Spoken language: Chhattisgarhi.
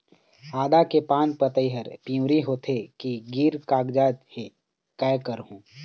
आदा के पान पतई हर पिवरी होथे के गिर कागजात हे, कै करहूं?